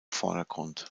vordergrund